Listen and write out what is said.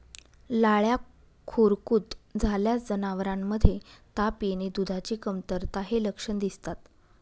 लाळ्या खुरकूत झाल्यास जनावरांमध्ये ताप येणे, दुधाची कमतरता हे लक्षण दिसतात